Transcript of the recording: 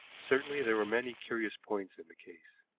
certainly there were many curious points in the case,